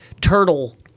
turtle